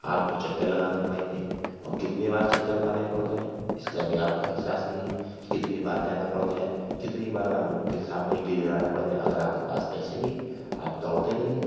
آپ کو چکر لگانے پڑیں گے اور کتنی بار چکر لگانے پڑ جائیں اس کا بھی آپ کو احساس نہیں ہے کتنی بار جانا پڑ جائے کتنی بار آپ ان کے سامنے گڑگڑانا پڑ جائے اگر آپ کے پاس پیسے نہیں ہے آپ دوڑتے رہیے